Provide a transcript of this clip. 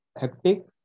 hectic